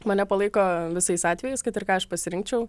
mane palaiko visais atvejais kad ir ką aš pasirinkčiau